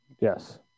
yes